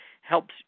helps